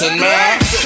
man